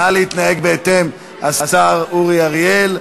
נא להתנהג בהתאם, השר אורי אריאל.